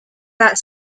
that